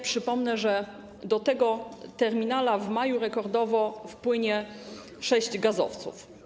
Przypomnę, że do tego terminala w maju rekordowo wpłynie sześć gazowców.